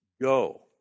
go